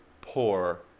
poor